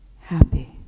happy